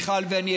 מיכל ואני,